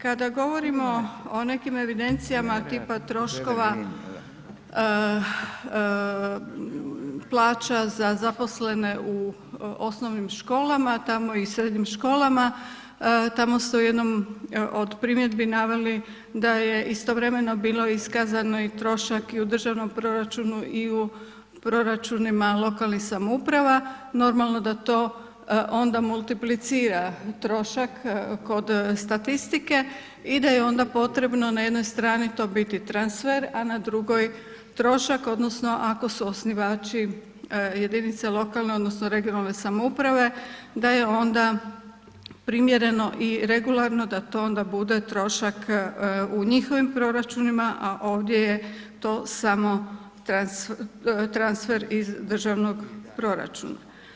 Kada govorimo o nekim evidencijama tipa troškova, plaća za zaposlene u osnovnim školama, tamo i srednjim školama, tamo ste u jednom od primjedbi naveli da je istovremeno bilo iskazano i trošak i u državnom proračunu i u proračunima lokalnih samouprava, normalno da to onda multiplicira trošak kod statistike i da je onda potrebno na jednoj strani to biti transfer, a na drugoj trošak odnosno ako su osnivački jedinice lokalne odnosno regionalne samouprave da je onda primjereno i regularno da to onda bude trošak u njihovim proračunima, a ovdje je to samo transfer iz državnog proračuna.